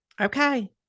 Okay